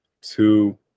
two